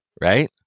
right